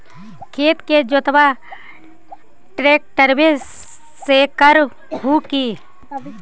खेत के जोतबा ट्रकटर्बे से कर हू की?